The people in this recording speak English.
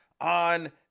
on